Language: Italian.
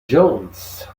jones